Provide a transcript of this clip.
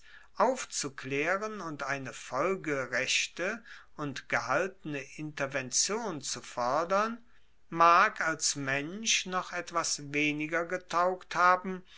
aufzuklaeren und eine folgerechte und gehaltene intervention zu fordern mag als mensch noch etwas weniger getaugt haben